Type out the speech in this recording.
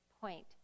point